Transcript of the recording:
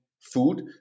food